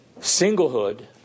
Singlehood